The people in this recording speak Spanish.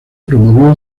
promovió